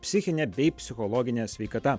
psichine bei psichologine sveikata